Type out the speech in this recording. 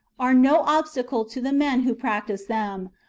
are no obstacle to the men who practise them,